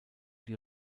die